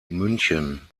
münchen